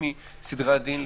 זה לא לוח הזמנים שלי,